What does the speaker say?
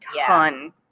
ton